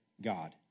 God